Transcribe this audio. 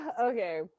okay